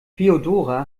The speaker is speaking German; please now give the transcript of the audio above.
feodora